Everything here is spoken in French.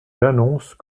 j’annonce